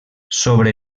sobre